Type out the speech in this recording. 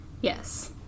Yes